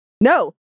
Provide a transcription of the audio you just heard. no